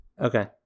Okay